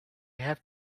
have